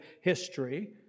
history